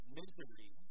misery